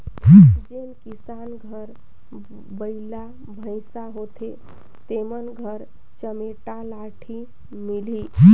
जेन किसान घर बइला भइसा होथे तेमन घर चमेटा लाठी मिलही